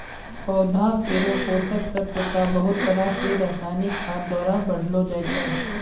पौधा केरो पोषक तत्व क बहुत तरह सें रासायनिक खाद द्वारा बढ़ैलो जाय छै